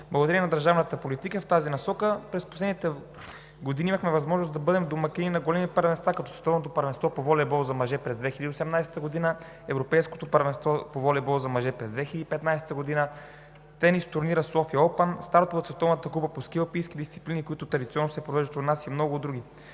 Благодарение на държавната политика в тази насока, през последните години имахме възможност да бъдем домакин на големи първенства като Световното първенство по волейбол за мъже през 2018 г., Европейското първенство по волейбол за мъже през 2015 г., тенис турнирът „София оупън“, стартът на Световната купа по ски алпийски дисциплини, който традиционно се провежда у нас, и много други.